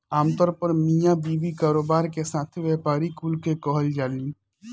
आमतौर पर मिया बीवी, कारोबार के साथी, व्यापारी कुल के कहल जालन